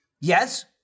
Yes